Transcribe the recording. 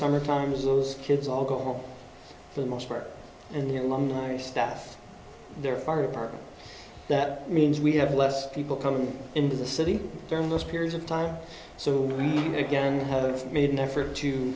summer times those kids all go home for the most part and the alumni staff their fire department that means we have less people coming into the city during those periods of time so i mean again i have made an effort to